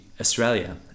australia